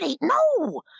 No